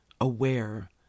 aware